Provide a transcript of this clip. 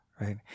right